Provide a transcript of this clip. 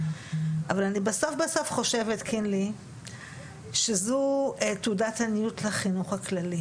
אבל אני בסוף בסוף חושבת שזו תעודת עניות לחינוך הכללי.